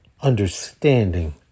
understanding